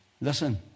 Listen